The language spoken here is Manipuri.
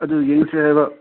ꯑꯗꯨ ꯌꯦꯡꯁꯦ ꯍꯥꯏꯕ